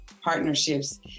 partnerships